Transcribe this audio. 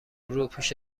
روپوش